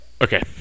Okay